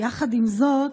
עם זאת,